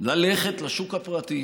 ללכת לשוק הפרטי